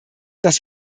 dass